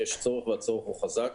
יש צורך והצורך הוא חזק.